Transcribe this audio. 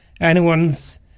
anyone's